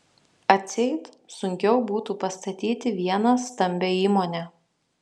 atseit sunkiau būtų pastatyti vieną stambią įmonę